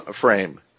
frame